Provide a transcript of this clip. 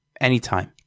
anytime